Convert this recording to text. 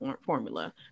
formula